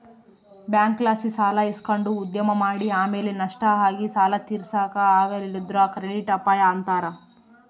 ಬ್ಯಾಂಕ್ಲಾಸಿ ಸಾಲ ಇಸಕಂಡು ಉದ್ಯಮ ಮಾಡಿ ಆಮೇಲೆ ನಷ್ಟ ಆಗಿ ಸಾಲ ತೀರ್ಸಾಕ ಆಗಲಿಲ್ಲುದ್ರ ಕ್ರೆಡಿಟ್ ಅಪಾಯ ಅಂತಾರ